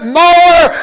more